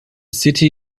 city